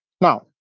Now